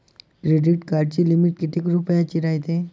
Credit कार्डाची limit कितीक रुपयाची रायते?